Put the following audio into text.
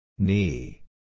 Knee